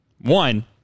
One